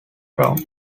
ground